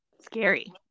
Scary